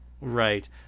Right